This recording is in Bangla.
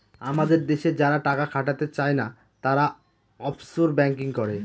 আমাদের দেশে যারা টাকা খাটাতে চাই না, তারা অফশোর ব্যাঙ্কিং করে